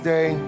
Day